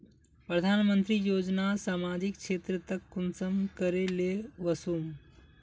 प्रधानमंत्री योजना सामाजिक क्षेत्र तक कुंसम करे ले वसुम?